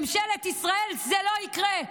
ממשלת ישראל, זה לא יקרה.